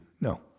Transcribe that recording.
No